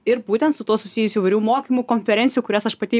ir būtent su tuo susijusių įvairių mokymų konferencijų kurias aš pati jau